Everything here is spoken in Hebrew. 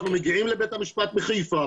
אנחנו מגיעים לבית המשפט בחיפה,